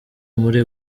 muri